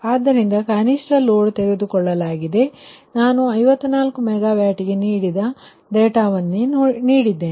ಆದ್ದರಿಂದ ಕನಿಷ್ಠ ಲೋಡ್ ತೆಗೆದುಕೊಳ್ಳಲಾಗಿದೆ ನಾನು54 MWಗೆ ನೀಡಿದ ಡೇಟಾವನ್ನು ನೀಡಿದ್ದೇನೆ